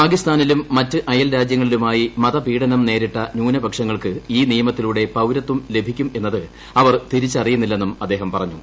പാകിസ്ഥാനിലും മറ്റ് അയൽരാജ്യങ്ങളിലുമായി മതപീഡനം നേരിട്ട ന്യൂനപക്ഷങ്ങൾക്ക് ഈ നിയമത്തിലൂടെ പൌരത്വം ലഭിക്കുമെന്നത് അവർ തിരിച്ചറിയുന്നില്ലെന്നും അദ്ദേഹം പറഞ്ഞു